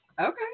Okay